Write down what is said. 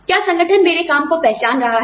क्या संगठन मेरे काम को पहचान रहा है